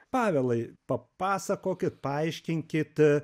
pavelai papasakokit paaiškinkit